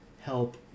help